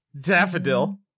Daffodil